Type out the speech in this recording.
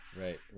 right